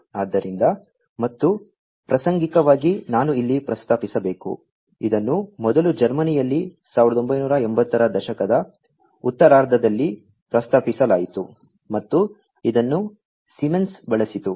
ಆದ್ದರಿಂದ ಮತ್ತು ಪ್ರಾಸಂಗಿಕವಾಗಿ ನಾನು ಇಲ್ಲಿ ಪ್ರಸ್ತಾಪಿಸಬೇಕು ಇದನ್ನು ಮೊದಲು ಜರ್ಮನಿಯಲ್ಲಿ 1980 ರ ದಶಕದ ಉತ್ತರಾರ್ಧದಲ್ಲಿ ಪ್ರಸ್ತಾಪಿಸಲಾಯಿತು ಮತ್ತು ಇದನ್ನು ಸೀಮೆನ್ಸ್ ಬಳಸಿತು